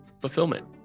fulfillment